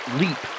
leap